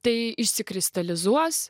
tai išsikristalizuos